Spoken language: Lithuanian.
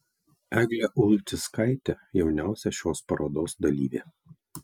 eglė ulčickaitė jauniausia šios parodos dalyvė